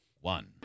one